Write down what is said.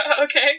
Okay